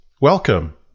Welcome